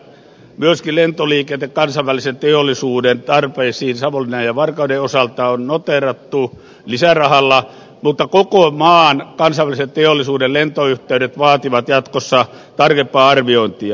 myöskin lentoliikenne kansainvälisen teollisuuden tarpeisiin savonlinnan ja varkauden osalta on noteerattu lisärahalla mutta koko maan kansainvälisen teollisuuden lentoyhteydet vaativat jatkossa tarkempaa arviointia